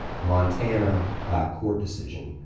montana by court decision,